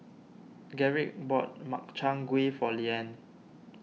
Garrick bought Makchang Gui for Leann